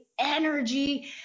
energy